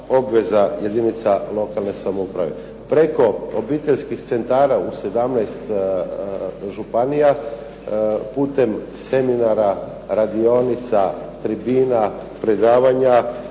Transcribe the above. obveza jedinica lokalne samouprave. Preko obiteljskih centara u 17 županija, putem seminara, radionica, tribina, predavanja